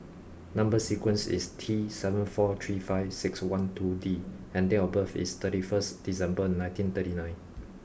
number sequence is T seven four three five six one two D and date of birth is thirty first December nineteen thirty nine